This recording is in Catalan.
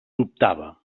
dubtava